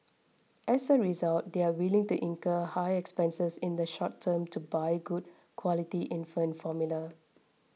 as a result they are willing to incur high expenses in the short term to buy good quality infant formula